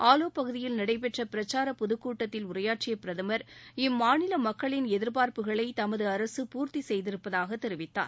ஆலோ பகுதியில் நடைபெற்ற பிரச்சார பொதுக் கூட்டத்தில் உரையாற்றிய பிரதமர் இம்மாநில மக்களின் எதிர்பார்ப்புகளை தமது அரசு பூர்த்தி செய்திருப்பதாக தெரிவித்தார்